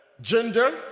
gender